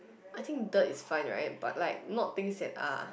I think dirt is fine right but like not things that are